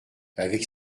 avec